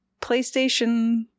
PlayStation